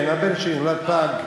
כן, הבן שלי נולד פג.